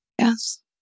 Yes